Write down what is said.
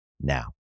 now